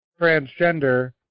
transgender